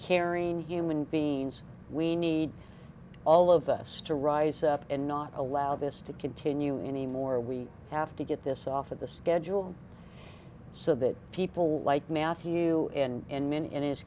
karine human beings we need all of us to rise up and not allow this to continue anymore we have to get this off of the schedule so that people like matthew and many and his